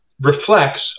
reflects